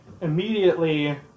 immediately